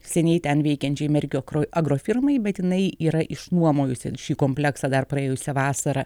seniai ten veikiančiai merkio kro agrofirmai bet jinai yra išnuomojusi šį kompleksą dar praėjusią vasarą